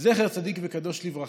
זכר צדיק וקדוש לברכה.